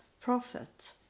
prophet